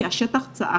כי השטח צעק.